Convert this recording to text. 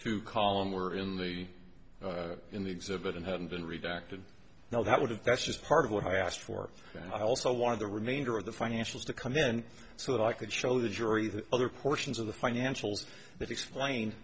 two column were in the in the exhibit and hadn't been redacted now that would have that's just part of what i asked for and i also wanted the remainder of the financials to come in so that i could show the jury the other portions of the financials that explain